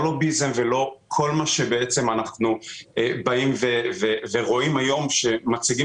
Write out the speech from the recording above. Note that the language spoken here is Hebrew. לא לוביזם ולא כל מה שאנחנו רואים היום כשמציגים